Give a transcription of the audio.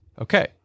Okay